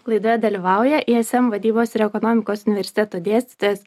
laidoje dalyvauja ism vadybos ir ekonomikos universiteto dėstytojas